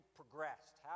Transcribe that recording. progressed